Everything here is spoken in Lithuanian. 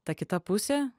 ta kita pusė